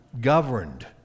governed